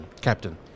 captain